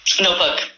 Notebook